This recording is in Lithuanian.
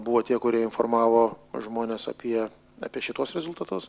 buvo tie kurie informavo žmones apie apie šituos rezultatus